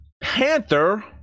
Panther